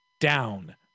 down